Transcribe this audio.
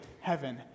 heaven